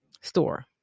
store